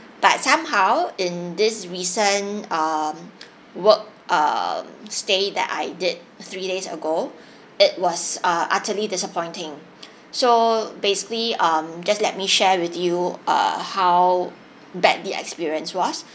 but somehow in this recent um work uh stay that I did three days ago it was uh utterly disappointing so basically um just let me share with you uh how bad the experience was